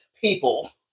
people